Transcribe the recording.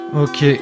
Ok